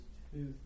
two